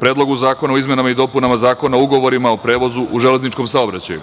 Predlogu zakona o izmenama i dopunama Zakona o ugovorima o prevozu u železničkom saobraćaju,